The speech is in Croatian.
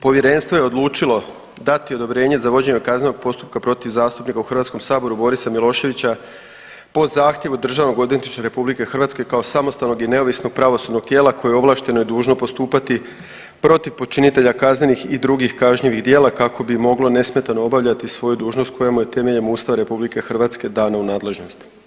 Povjerenstvo je odlučilo dati odobrenje za vođenje kaznenog postupka protiv zastupnika u Hrvatskom saboru Borisa Miloševića po zahtjevu Državnog odvjetništva RH kao samostalnog i neovisnog pravosudnog tijela koje je ovlašteno i dužno postupati protiv počinitelja kaznenih i drugih kažnjivih djela kako bi moglo nesmetano obavljati svoju dužnost koja mu je temeljem Ustava RH dana u nadležnost.